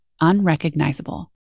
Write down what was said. unrecognizable